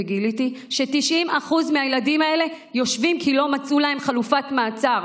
גיליתי ש-90% מהילדים האלה יושבים כי לא מצאו חלופת מעצר.